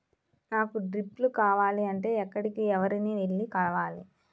నాకు డ్రిప్లు కావాలి అంటే ఎక్కడికి, ఎవరిని వెళ్లి కలవాలి?